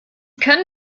können